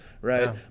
right